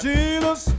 Jesus